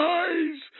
eyes